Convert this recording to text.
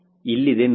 ಇಲ್ಲಿದೆ ನೋಡಿ